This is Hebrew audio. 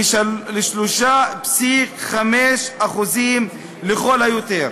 ל-3.5% לכל היותר.